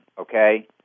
okay